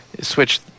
switch